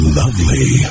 lovely